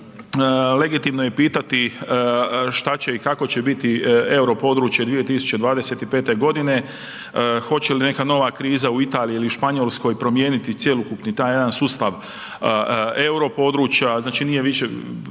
legitimno je pitati šta će i kako će biti euro područje 2025. godine, hoće li neka nova kriza u Italiji ili Španjolskoj promijeniti cjelokupni taj jedan sustav euro područja. Znači nije više